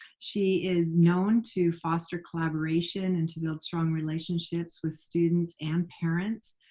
she is known to foster collaboration and to build strong relationships with students and parents.